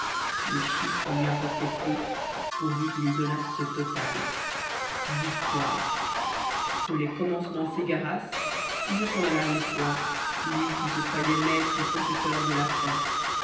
les chiffres lui importaient peu pourvu qu'ils donnassent ce total victoire que les commencements s'égarassent il ne s'en alarmait point lui qui se croyait maître et possesseur de la fin